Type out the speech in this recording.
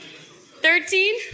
thirteen